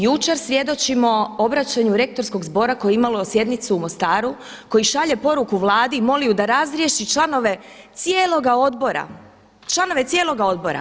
Jučer svjedočimo obraćanju Rektorskog zbora koje je imalo sjednicu u Mostaru, koji šalje poruku Vladi i moli ju da razriješi članove cijeloga odbora, članove cijeloga odbora.